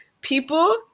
People